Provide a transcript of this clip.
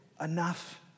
enough